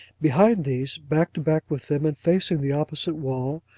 behind these, back to back with them and facing the opposite wall,